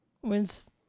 when's